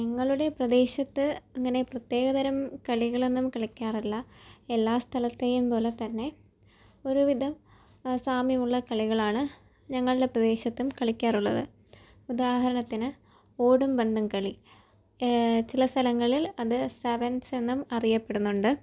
നിങ്ങളുടെ പ്രദേശത്ത് അങ്ങനെ പ്രത്യേക തരം കളികളൊന്നും കളിക്കാറില്ല എല്ലാ സ്ഥലത്തെയും പോലെ തന്നെ ഒരു വിധം അ സാമ്യമുള്ള കളികളാണ് ഞങ്ങളുടെ പ്രദേശത്തും കളിക്കാറുള്ളത് ഉദാഹരണത്തിന് ഓടും പന്തും കളി ചില സലങ്ങളിൽ അത് സവൻസ് എന്നും അറിയപ്പെടുന്നുണ്ട്